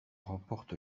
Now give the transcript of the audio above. remporte